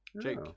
Jake